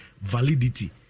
validity